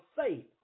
faith